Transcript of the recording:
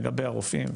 לגבי הרופאים,